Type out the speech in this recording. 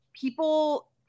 people